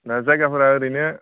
दा जायगाफोरा ओरैनो